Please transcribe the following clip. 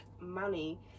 money